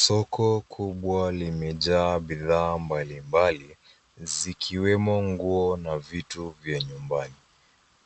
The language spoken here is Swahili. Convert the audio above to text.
Soko kubwa limejaa bidhaa mbalimbali zikiwemo nguo na vitu vya nyumbani.